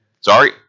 Sorry